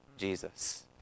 Jesus